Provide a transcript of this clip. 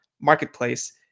marketplace